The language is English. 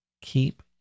Keep